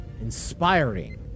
inspiring